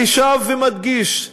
אני שב ומדגיש: